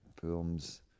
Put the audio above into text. Films